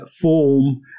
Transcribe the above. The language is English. form